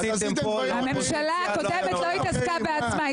הממשלה הקודמת לא התעסקה בעצמה,